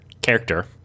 character